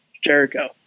Jericho